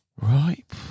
Right